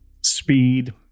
speed